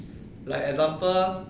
like example